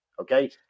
Okay